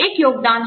एक योगदान हैं